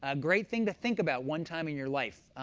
ah great thing to think about one time in your life,